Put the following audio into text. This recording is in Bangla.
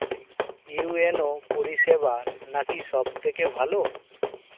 ইউ.এন.ও পরিসেবা নাকি সব থেকে ভালো?